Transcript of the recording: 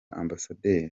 amb